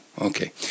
Okay